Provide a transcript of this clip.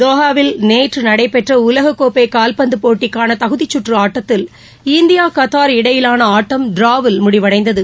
தோஹாவில் நேற்று நடைபெற்ற உலக கோப்பை கால்பந்து போட்டிக்கான தகுதிச்சுற்று ஆட்டத்தில் இந்தியா கத்தார் இடையிலான ஆட்டம் டிராவில் முடிவடைந்தது